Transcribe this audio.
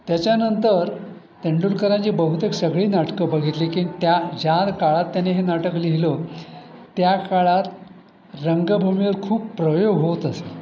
त्याच्यानंतर तेंडुलकरांची बहुतेक सगळी नाटकं बघितली की त्या ज्या काळात त्याने हे नाटक लिहिलं त्या काळात रंगभूमीवर खूप प्रयोग होत असे